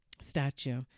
statue